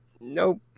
nope